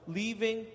leaving